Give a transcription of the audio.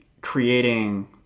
creating